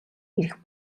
ирэх